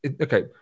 okay